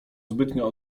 zbytnio